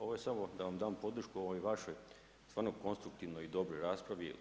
Ovo je samo da vam dam podršku ovoj vašoj stvarno konstruktivnoj i dobroj raspravi.